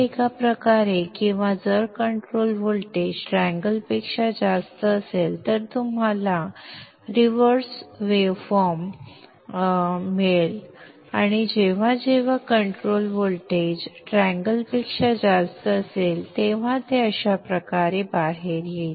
हे एका प्रकारे किंवा जर कंट्रोल व्होल्टेज ट्रँगल पेक्षा जास्त असेल तर तुम्हाला उलटा लहरी आकार संदर्भ वेळ 1818 मिळेल आणि जेव्हा जेव्हा कंट्रोल व्होल्टेज ट्रँगल पेक्षा जास्त असेल तेव्हा ते अशा प्रकारे बाहेर येईल